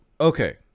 okay